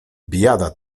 biada